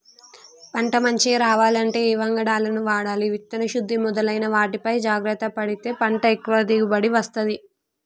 పంట మంచిగ రావాలంటే ఏ వంగడాలను వాడాలి విత్తన శుద్ధి మొదలైన వాటిపై జాగ్రత్త పడితే పంట ఎక్కువ దిగుబడి వస్తది